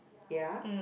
ya